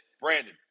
Brandon